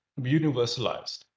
universalized